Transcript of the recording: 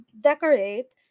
decorate